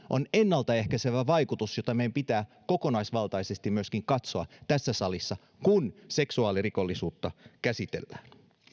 on ennaltaehkäisevä vaikutus jota meidän pitää kokonaisvaltaisesti myöskin katsoa tässä salissa kun seksuaalirikollisuutta käsitellään